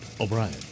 O'Brien